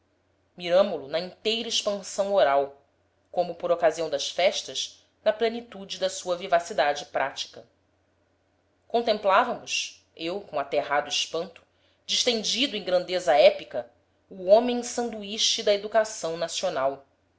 miramo lo na inteira expansão oral como por ocasião das festas na plenitude da sua vivacidade prática contemplávamos eu com aterrado espanto distendido em grandeza épica o homem sanduíche da educação nacional